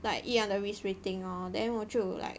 like 一样的 risk rating lor then 我就 like